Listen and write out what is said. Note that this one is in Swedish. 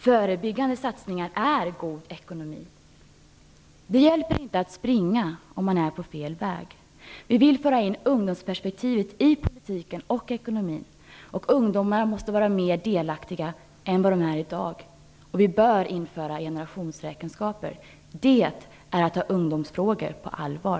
Förebyggande satsningar är god ekonomi. Det hjälper inte att springa om man är på fel väg. Vi vill föra in ungdomsperspektivet i politiken och i ekonomin, och ungdomarna måste bli mera delaktiga än vad de är i dag. Vi bör införa generationsräkenskaper. Det är att ta ungdomsfrågor på allvar.